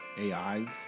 AIs